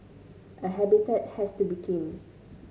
a habitat has to be clean